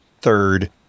third